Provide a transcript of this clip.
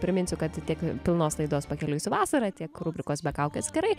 priminsiu kad tiek pilnos laidos pakeliui su vasarą tiek rubrikos be kaukės kerai